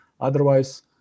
otherwise